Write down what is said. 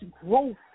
growth